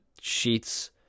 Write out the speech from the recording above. sheets